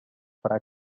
farà